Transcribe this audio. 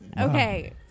Okay